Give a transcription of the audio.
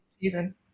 season